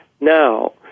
now